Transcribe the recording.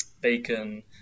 bacon